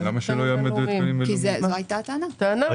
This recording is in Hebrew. כי זו היתה הטענה.